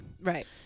Right